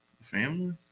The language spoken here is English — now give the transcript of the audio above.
Family